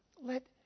Let